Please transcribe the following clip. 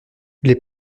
les